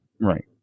Right